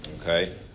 Okay